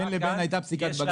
בין לבין הייתה פסיקת בג"ץ.